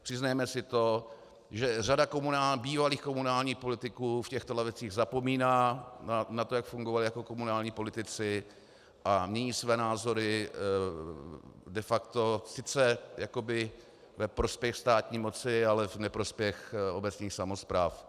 Přiznejme si, že řada bývalých komunálních politiků v těchto lavicích zapomíná na to, jak fungovali jako komunální politici, a mění své názory de facto sice jakoby ve prospěch státní moci, ale v neprospěch obecních samospráv.